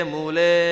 Mule